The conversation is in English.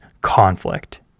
conflict